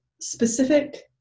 specific